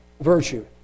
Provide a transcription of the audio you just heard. virtue